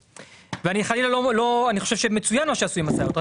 אני חושב שזה מצוין מה שעשו עם הסייעות,